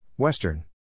Western